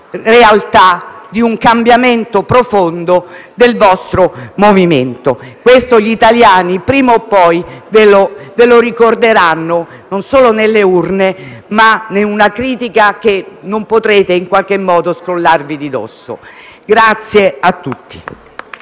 realtà di un cambiamento profondo del vostro Movimento. Questo gli italiani prima o poi ve lo ricorderanno, non solo nelle urne, ma in una critica che non potrete scrollarvi di dosso. *(Applausi